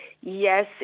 Yes